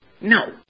No